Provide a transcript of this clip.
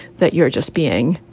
that you're just being,